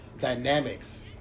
dynamics